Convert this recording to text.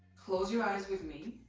bclose your eyes with me